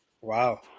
Wow